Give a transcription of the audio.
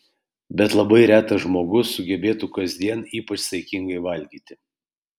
bet labai retas žmogus sugebėtų kasdien ypač saikingai valgyti